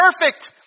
perfect